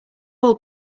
all